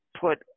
put